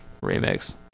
remix